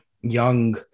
young